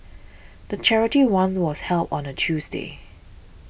the charity run was held on a Tuesday